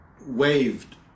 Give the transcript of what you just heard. waved